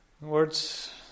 words